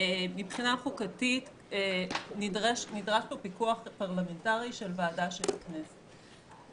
מבחינה חוקתית נדרש פה פיקוח פרלמנטרי של ועדה של הכנסת.